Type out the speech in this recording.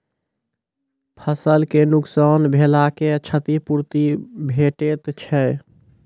फसलक नुकसान भेलाक क्षतिपूर्ति भेटैत छै?